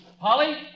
Polly